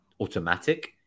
automatic